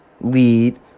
lead